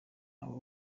abo